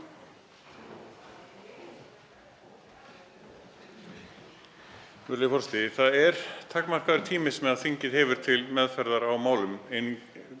Það er takmarkaður tími sem þingið hefur til meðferðar á málum,